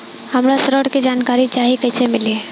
हमरा ऋण के जानकारी चाही कइसे मिली?